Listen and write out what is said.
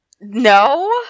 No